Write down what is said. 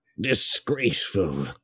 Disgraceful